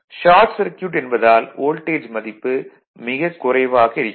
short circuit என்பதால் voltage மதிப்பு மிகக் குறைவாக இருக்கிறது